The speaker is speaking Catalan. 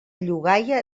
llogaia